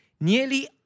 Nearly